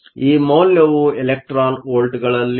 ಈ ಮೌಲ್ಯವು ಎಲೆಕ್ಟ್ರಾನ್ ವೋಲ್ಟ್ಗಳಲ್ಲಿದೆ